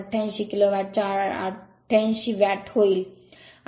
88 kilo वॅटचा 88 88 watt होईल